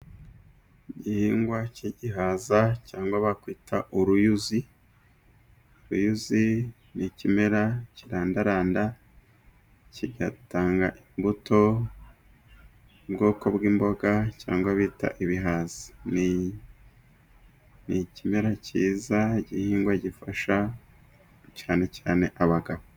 Igihingwa cy'igihaza, cyangwa bakwita uruyuzi, uruyuzi ni ikimera kirandaranda, kigatanga imbuto mu bwoko bw'imboga, cyangwa bita ibihaza. Ni ikimera cyiza, igihingwa gifasha cyane cyane abagabo.